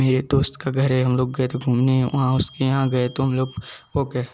यह दोस्त का घर है हम लोग गए थे घूमने वहाँ उसके वहाँ गए तो हम लोग हो कर